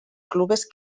clubes